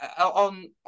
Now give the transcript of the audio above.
On